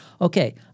Okay